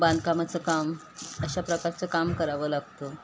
बांधकामाचं काम अशा प्रकारचं काम करावं लागतं